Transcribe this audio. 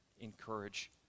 Encourage